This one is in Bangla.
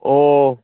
ও